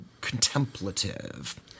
contemplative